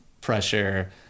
pressure